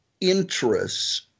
interests